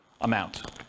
amount